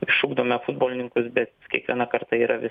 išugdome futbolininkus bet kiekviena karta yra vis